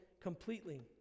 completely